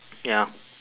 ya